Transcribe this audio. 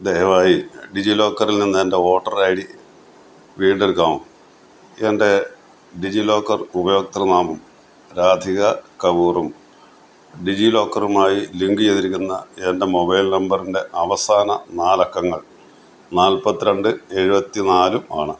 ദയവായി ഡിജി ലോക്കറിൽ നിന്ന് എൻ്റെ വോട്ടർ ഐ ഡി വീണ്ടെടുക്കണം എന്റെ ഡിജി ലോക്കർ ഉപഭോക്തൃ നാമം രാധിക കപൂറും ഡിജീ ലോക്കറുമായി ലിങ്ക് ചെയ്തിരിക്കുന്ന എന്റെ മൊബൈൽ നമ്പറിന്റെ അവസാന നാലക്കങ്ങൾ നാല്പ്പത്ത് രണ്ട് എഴുപത്തി നാലും ആണ്